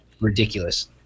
ridiculous